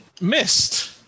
Missed